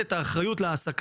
ביחד עם מתן האחריות למעסיק,